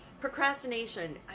procrastination